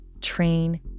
train